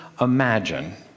imagine